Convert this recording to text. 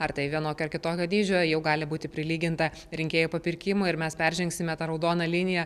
ar tai vienokio ar kitokio dydžio jau gali būti prilyginta rinkėjų papirkimui ir mes peržengsime tą raudoną liniją